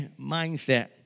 mindset